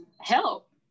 help